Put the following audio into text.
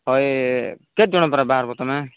ହଁ ଇଏ କେତେଜଣ ପରା ବାହାରିବ ତୁମେ